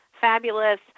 fabulous